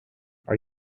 are